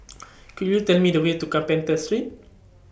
Could YOU Tell Me The Way to Carpenter Street